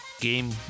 game